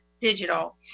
digital